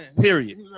Period